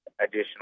additional